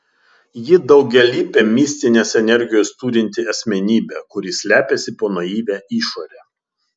ji daugialypė mistinės energijos turinti asmenybė kuri slepiasi po naivia išore